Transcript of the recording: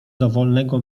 dowolnego